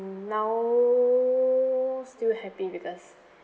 now still happy because